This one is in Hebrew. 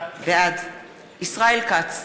בעד ישראל כץ,